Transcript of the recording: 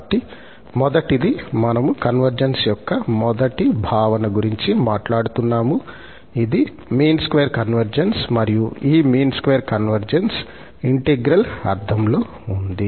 కాబట్టి మొదటిది మనము కన్వర్జెన్స్ యొక్క మొదటి భావన గురించి మాట్లాడుతున్నాము ఇది మీన్ స్క్వేర్ కన్వర్జెన్స్ మరియు ఈ మీన్ స్క్వేర్ కన్వర్జెన్స్ ఇంటిగ్రల్ అర్థంలో ఉంది